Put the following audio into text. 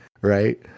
right